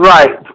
Right